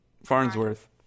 Farnsworth